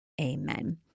amen